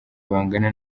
bangana